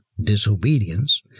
disobedience